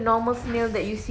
and that's still small